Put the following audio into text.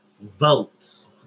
votes